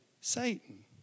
Satan